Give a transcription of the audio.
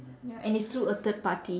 ya and it's through a third party